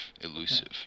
elusive